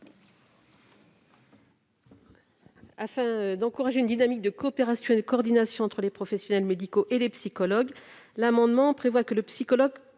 Afin d'encourager une dynamique de coopération et de coordination entre les professionnels médicaux et les psychologues, l'amendement prévoit que le psychologue,